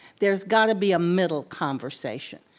there's got to be a middle conversation,